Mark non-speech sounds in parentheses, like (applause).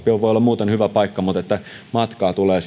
olla muuten hyvä paikka mutta matkaa tulee (unintelligible)